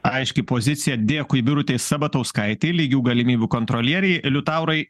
aiški pozicija dėkui birutei sabatauskaitei lygių galimybių kontrolierei liutaurai